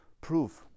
proof